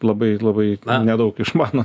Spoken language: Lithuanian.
labai labai nedaug išmano